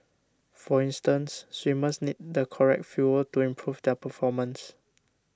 for instance swimmers need the correct fuel to improve their performance